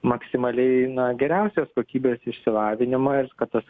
maksimaliai geriausios kokybės išsilavinimą ir kad tas